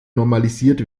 normalisiert